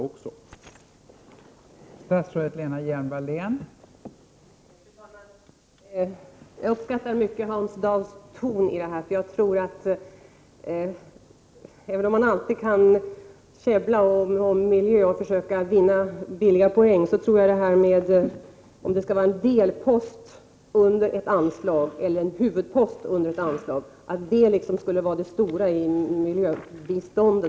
för att stoppa pågående jordförstörelse